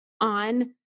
on